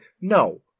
no